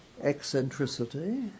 eccentricity